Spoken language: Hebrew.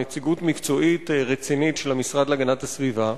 נציגות מקצועית רצינית של המשרד להגנת הסביבה,